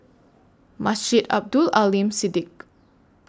Masjid Abdul Aleem Siddique